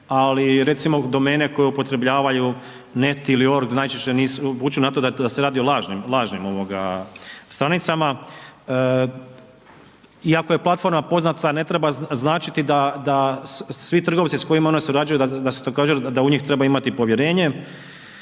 ali recimo domene koje upotrebljavaju net ili ord najčešće nisu, vuče na to da se radi o lažnim, lažnim ovoga stranicama. Iako je platforma poznata ne treba značiti da, da svi trgovci s kojima ona surađuje da su također, da u njih treba imati povjerenje,